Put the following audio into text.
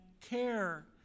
care